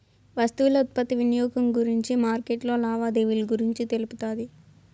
వస్తువుల ఉత్పత్తి వినియోగం గురించి మార్కెట్లో లావాదేవీలు గురించి తెలుపుతాది